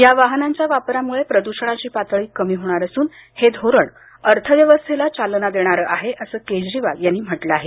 या वाहनांच्या वापरामुळे प्रदूषणाची पातळी कमी होणार असून हे धोरण अर्थव्यवस्थेला चालना देणारं आहे असं केजरीवाल यांनी म्हटलं आहे